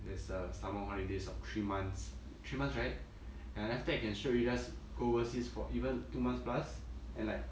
there's uh summer holidays of three months three months right ya then after that can straight away just go overseas for even two months plus and like